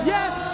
Yes